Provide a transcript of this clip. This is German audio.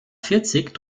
vierzig